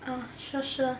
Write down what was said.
ah sure sure